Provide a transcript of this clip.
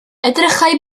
edrychai